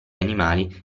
animali